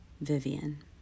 Vivian